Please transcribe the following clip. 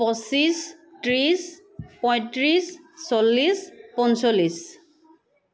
পঁচিছ ত্ৰিছ পঁয়ত্ৰিছ চল্লিছ পঞ্চল্লিছ